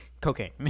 Cocaine